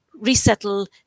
resettle